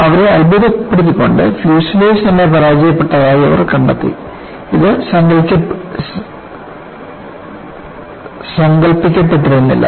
അവരെ അത്ഭുതപ്പെടുത്തിക്കൊണ്ട് ഫ്യൂസ്ലേജ് തന്നെ പരാജയപ്പെട്ടതായി അവർ കണ്ടെത്തി ഇത് സങ്കൽപ്പിക്കപ്പെട്ടിരുന്നില്ല